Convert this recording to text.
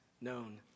known